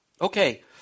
Okay